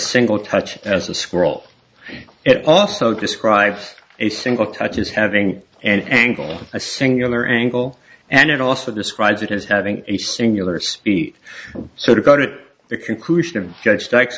single touch as a scroll it also describes a single touch as having an angle of a singular angle and it also describes it as having a singular speak so to go to the conclusion of judge